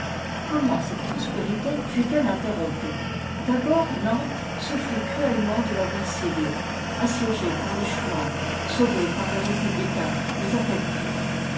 comment cette prospérité fut-elle interrompue d'abord nantes souffrit cruellement de la guerre civile assiégée par les chouans sauvée par les républicains mais à quel prix